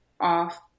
off